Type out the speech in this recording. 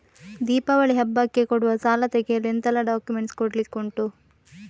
ದೀಪಾವಳಿ ಹಬ್ಬಕ್ಕೆ ಕೊಡುವ ಸಾಲ ತೆಗೆಯಲು ಎಂತೆಲ್ಲಾ ಡಾಕ್ಯುಮೆಂಟ್ಸ್ ಕೊಡ್ಲಿಕುಂಟು?